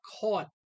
caught